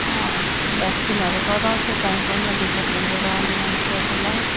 अँ त्यो भ्याक्सिनहरू गराउँछु टाइम टाइममा डिपार्टमेन्टबाट आउने मान्छेहरूलाई